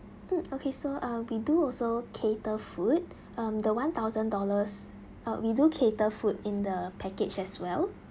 mm okay so uh we do also cater food um the one thousand dollars uh we do cater food in the package as well